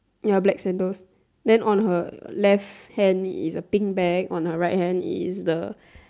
ya black sandals then on her left hand is a pink bag on her right hand is the